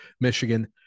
Michigan